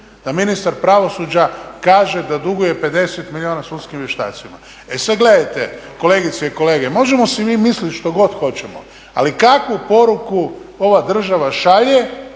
Da ministar pravosuđa kaže da duguje 50 milijuna sudskim vještacima. E sad gledajte, kolegice i kolege, možemo si mi misliti što god hoćemo, ali kakvu poruku ova država šalje,